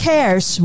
Cares